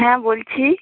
হ্যাঁ বলছি